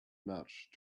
much